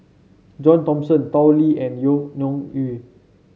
John Thomson Tao Li and Yvonne Ng Uhde